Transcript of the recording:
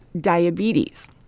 Diabetes